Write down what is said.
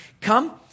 come